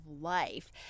life